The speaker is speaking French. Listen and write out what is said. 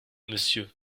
monsieur